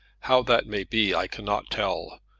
how that may be i cannot tell,